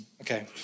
Okay